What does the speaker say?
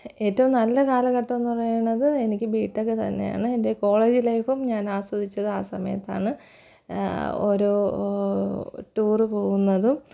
ഏറ്റവും നല്ല കാലഘട്ടമെന്ന് പറയണത് എനിക്ക് ബി ടെക് തന്നെയാണ് എൻ്റെ കോളേജ് ലൈഫും ഞാൻ ആസ്വദിച്ചത് ആ സമയത്താണ് ഒരു ടൂര് പോവുന്നതും